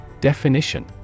Definition